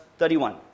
31